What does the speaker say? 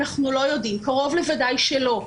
אנחנו לא יודעים, קרוב לוודאי שלא.